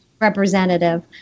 representative